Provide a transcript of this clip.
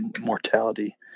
mortality